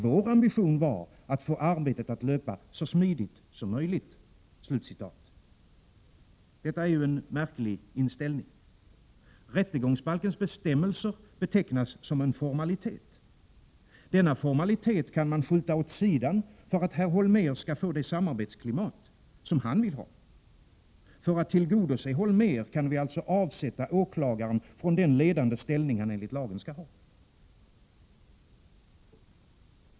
Vår ambition var att få arbetet att löpa så smidigt som möjligt.” Det är en märklig inställning. Rättegångsbalkens bestämmelser betecknas som en formalitet. Denna formalitet kan man skjuta åt sidan för att herr Holmér skall få det samarbetsklimat som han vill ha. För att tillgodose Holmér kan vi alltså avsätta åklagaren från den ledande ställning han enligt lagen skall ha.